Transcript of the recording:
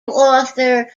author